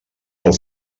del